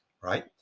right